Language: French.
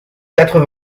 quatre